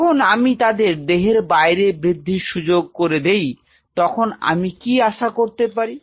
যখন আমি তাদের দেহের বাইরে বৃদ্ধির সুযোগ করে দিই তখন আমি কি আশা করতে পারি